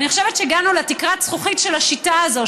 אני חושבת שהגענו לתקרת הזכוכית של השיטה הזאת,